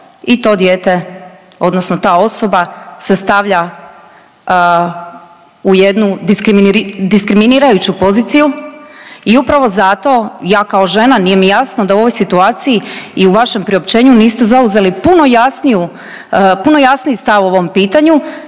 i to dijete odnosno ta osoba se stavlja u jednu diskriminirajuću poziciju. I upravo zato ja kao žena nije mi jasno da u ovoj situaciji i u vašem priopćenju niste zauzeli puno jasniji stav po ovom pitanju,